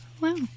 wow